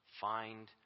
find